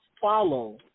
follow